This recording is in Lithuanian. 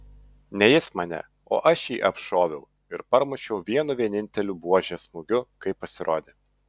ne jis mane o aš jį apšoviau ir parmušiau vienu vieninteliu buožės smūgiu kai pasirodė